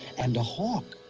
and a hawk.